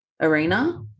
arena